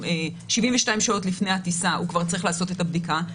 72 לפני הטיסה הוא כבר צריך לעשות את הבדיקה,